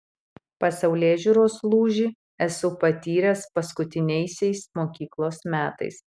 pasaulėžiūros lūžį esu patyręs paskutiniaisiais mokyklos metais